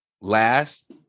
last